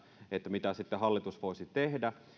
mitä sitten hallitus voisi tehdä